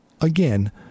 again